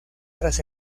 tras